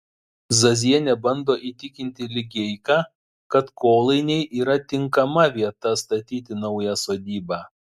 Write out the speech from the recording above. zazienė bando įtikinti ligeiką kad kolainiai yra tinkama vieta statyti naują sodybą